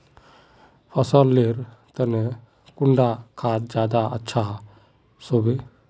फसल लेर तने कुंडा खाद ज्यादा अच्छा सोबे?